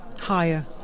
higher